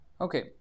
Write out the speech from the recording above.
Okay